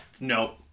no